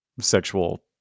sexual